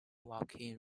joaquin